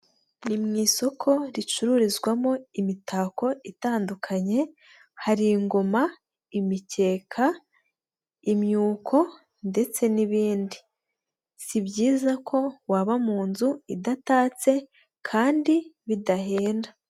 Ni mu isoko ricururizwamo imitako itandukanye, hari ingoma, imikeka, imyuko ndetse n'ibindi. Si byiza ko waba mu nzu idatatse kandi bidahenda.